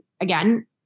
again